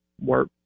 work